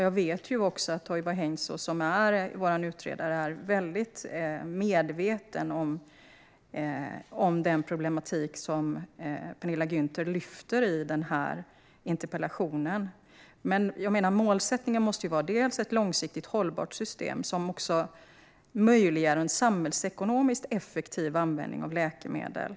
Jag vet också att Toivo Heinsoo, som är vår utredare, är väldigt medveten om den problematik som Penilla Gunther lyfter i interpellationen. Men jag menar att målsättningen måste vara ett långsiktigt hållbart system, som också möjliggör en samhällsekonomiskt effektiv användning av läkemedel.